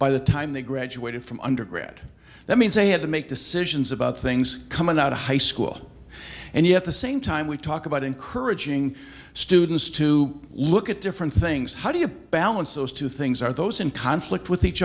by the time they graduated from undergrad that means they had to make decisions about things coming out of high school and yet the same time we talk about encouraging students to look at different things how do you balance those two things are those in conflict with each